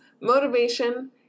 motivation